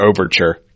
Overture